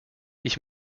ich